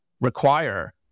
require